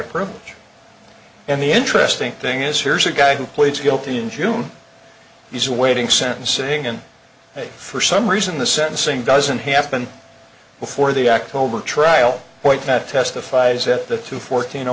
pro and the interesting thing is here's a guy who pleads guilty in june he's awaiting sentencing and for some reason the sentencing doesn't happen before the act over trial point that testifies that the two fourteen